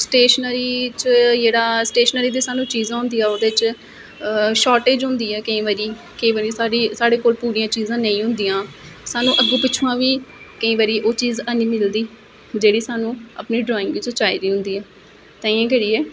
बारी साढ़ी साढ़े कोल पूरियां चीजां नेई होंदियां स्हानू अग्गू पिच्छुआ बी केंई बारी ओह् चीज है नी मिलदी जेहड़ी स्हानू अपनी ड्रांइग च चाहि दी होंदी स्टेशनरी च जेहड़ा स्टेशनरी दी जेहड़ी स्हानू चीजां होंदियां ओहदे च शार्टैज होंदी ऐ केंई बारी केंई ऐ तांहियै करियै